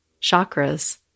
chakras